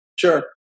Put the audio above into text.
Sure